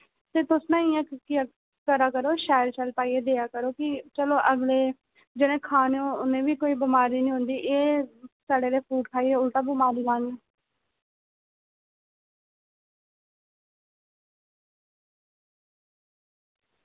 ते तुस ना इ'यां करै करो कि शैल शैल पाइयै देआ करो कि चलो अगले जि'नें खाने होन ते उ'नेंगी बी कोई बमारी निं होंदी सड़े दे फ्रूट खाइयै उल्टा बमारी करनी